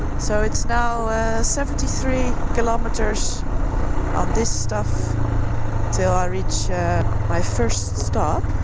so it's now seventy three kilometers on this stuff till i reach my first stop